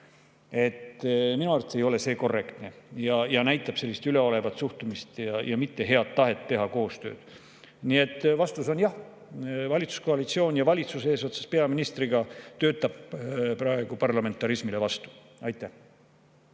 Minu arvates ei ole see korrektne, see näitab üleolevat suhtumist ja mitte head tahet teha koostööd. Nii et vastus on jah. Valitsuskoalitsioon ja valitsus eesotsas peaministriga töötab praegu parlamentarismile vastu.